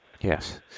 Yes